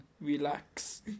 relax